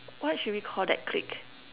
what should we Call that clique